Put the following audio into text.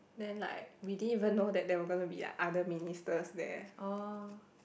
then like we didn't even know that there were gonna be like other ministers there